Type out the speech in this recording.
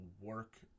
work